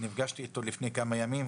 נפגשתי אתו לפני כמה ימים,